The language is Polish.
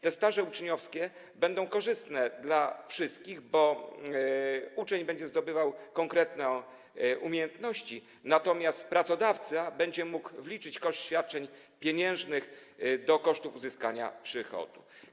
Te staże uczniowskie będą korzystne dla wszystkich, bo uczeń będzie zdobywał konkretne umiejętności, natomiast pracodawca będzie mógł wliczyć koszt świadczeń pieniężnych do kosztów uzyskania przychodu.